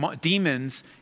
demons